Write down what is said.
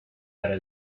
para